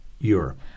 Europe